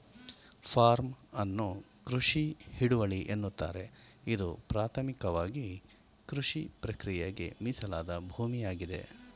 form ಅನ್ನು ಕೃಷಿ ಹಿಡುವಳಿ ಎನ್ನುತ್ತಾರೆ ಇದು ಪ್ರಾಥಮಿಕವಾಗಿಕೃಷಿಪ್ರಕ್ರಿಯೆಗೆ ಮೀಸಲಾದ ಭೂಮಿಯಾಗಿದೆ